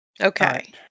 Okay